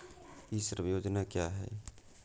ई श्रम योजना क्या है?